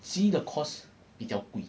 see the cost 比较贵